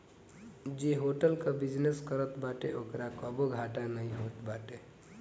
जे होटल कअ बिजनेस करत बाटे ओकरा कबो घाटा नाइ होत बाटे